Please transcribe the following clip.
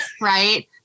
right